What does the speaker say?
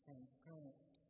Transparent